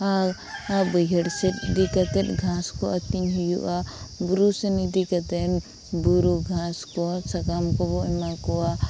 ᱟᱨ ᱵᱟᱹᱭᱦᱟᱹᱲ ᱥᱮᱫ ᱤᱫᱤ ᱠᱟᱛᱮᱫ ᱜᱷᱟᱸᱥ ᱠᱚ ᱟᱹᱛᱤᱧ ᱦᱩᱭᱩᱜᱼᱟ ᱵᱩᱨᱩᱥᱮᱱ ᱤᱫᱤ ᱠᱟᱛᱮᱱ ᱵᱩᱨᱩ ᱜᱷᱟᱸᱥ ᱠᱚ ᱥᱟᱠᱟᱢ ᱠᱚᱵᱚ ᱮᱢᱟ ᱠᱚᱣᱟ